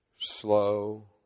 slow